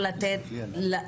יושבת-הראש בהתחלה,